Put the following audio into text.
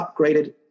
upgraded